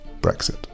Brexit